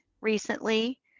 recently